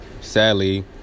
sadly